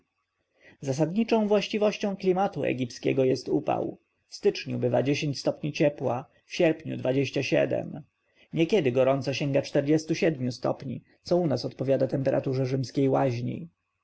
zasadniczą właściwością klimatu egipskiego jest upał w styczniu bywa dziesięć stopni ciepła w sierpniu dwadzieścia siedem niekiedy gorąco sięga czterdziestu siedmiu stopni co u nas odpowiada temperaturze rzymskiej łaźni